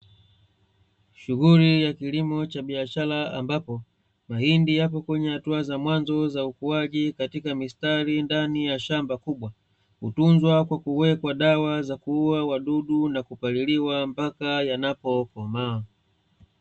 Shughuli ya kilimo cha biashara ambapo mahindi yapo kwenye hatua za mwanzo za ukuaji katika mistari ndani ya shamba kubwa, hutunzwa kwa kuwekwa dawa za kuua wadudu na kupaliliwa mpaka yanapokomaa.